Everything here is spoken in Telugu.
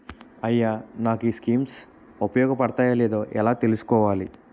అయ్యా నాకు ఈ స్కీమ్స్ ఉపయోగ పడతయో లేదో ఎలా తులుసుకోవాలి?